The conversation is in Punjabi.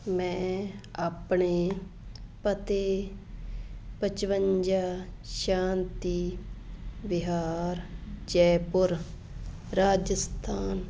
ਮੈਂ ਆਪਣੇ ਪਤੇ ਪਚਵੰਜਾ ਸ਼ਾਂਤੀ ਵਿਹਾਰ ਜੈਪੁਰ ਰਾਜਸਥਾਨ